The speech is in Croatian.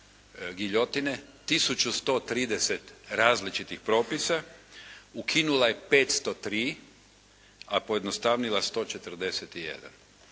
1130 različitih propisa, ukinula je 503, a pojednostavnila 141.